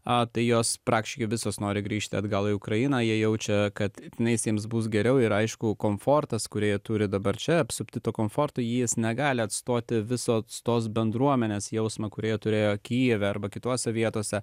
a tai jos praktiškai visos nori grįžti atgal į ukrainą jie jaučia kad neis jiems bus geriau ir aišku komfortas kurie turi dabar čia apsupti to komfortui jis negali atstoti viso atstos bendruomenės jausmą kurie turėjo kijeve arba kitose vietose